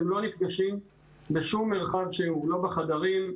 הם לא נפגשים בשום מרחב שהוא לא בחדרים,